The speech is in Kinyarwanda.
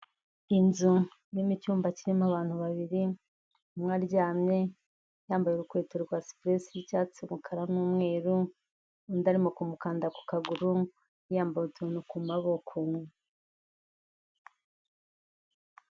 Inzu irimo icyumba kirimo abantu babiri, umwe aryamye, yambaye urukweto rwa supuresi y'icyatsi, umukara, n'umweru, undi arimo kumukanda ku kaguru, yambaye utuntu ku maboko.